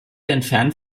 entfernt